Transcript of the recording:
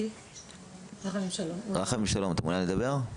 רחמים שלום, אתה מעוניין לדבר?